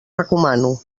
recomano